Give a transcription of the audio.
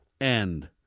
end